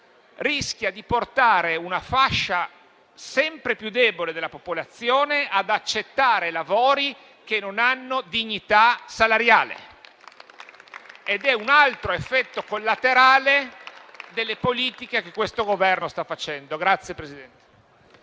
rischia di portare una fascia sempre più debole della popolazione ad accettare lavori che non hanno dignità salariale. E questo è un altro effetto collaterale delle politiche che questo Governo sta attuando.